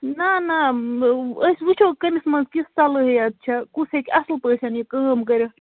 نہَ نہَ أسۍ وُچھو کٔمِس منٛز کِژھ صلٲحِیَت چھےٚ کُس ہیٚکہِ اَصٕل پٲٹھۍ یہِ کٲم کرِتھ تہٕ